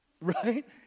Right